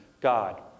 God